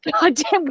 goddamn